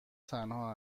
تنها